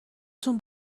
تون